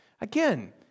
Again